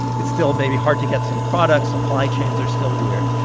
it's still maybe hard to get some products supply chains are still weird.